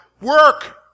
work